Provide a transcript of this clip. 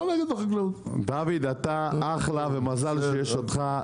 אני לא נגד החקלאות דוד אתה אחלה ומזל שיש אותך,